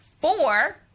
four